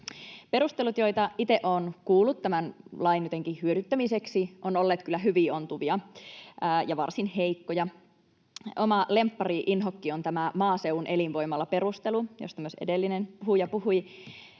Perustelut, joita itse olen kuullut tämän lain jotenkin hyödyttämiseksi, ovat olleet kyllä hyvin ontuvia ja varsin heikkoja. Oma lemppari-inhokki on tämä maaseudun elinvoimalla perustelu, siitä myös edellinen puhuja puhui.